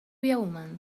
يوما